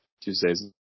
Tuesdays